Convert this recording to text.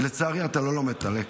ולצערי, אתה לא לומד את הלקח.